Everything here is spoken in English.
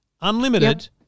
unlimited